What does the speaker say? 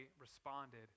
responded